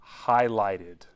highlighted